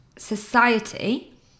society